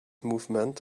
movement